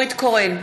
נורית קורן,